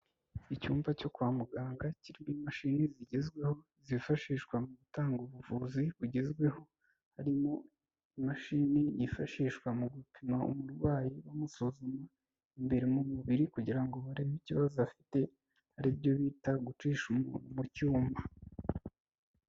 Icyumba cyo kwa muganga kirimo imashini zigezweho zifashishwa mu gutanga ubuvuzi bugezweho, harimo imashini yifashishwa mu gupima umurwayi bamusuzuma imbere mu mubiri kugira ngo barebe ikibazo afite aribyo bita gucisha umuntu mu cyuma.